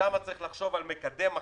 שם צריך לחשוב על מקדם אחר,